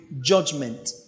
judgment